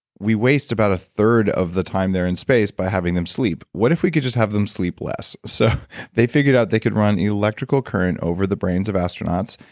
we waste about a third of the time there in space by having them sleep. what if we could just have them sleep less? so they figured out they could run electrical current over the brains of astronauts,